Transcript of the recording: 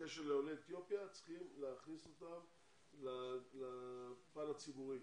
לעולי אתיופיה צריכים להכניס אותם לפן הציבורי,